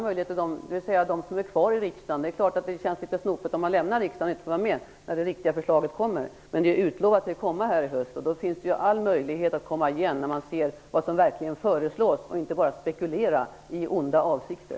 Det är klart att det kan kännas snopet om man lämnar riksdagen och inte får vara med när det riktiga förslaget kommer i höst, som utlovat. Men för andra finns det alla möjligheter att komma igen när man ser vad som verkligen föreslås, i stället för att bara spekulera i onda avsikter.